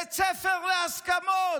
בית ספר להסכמות,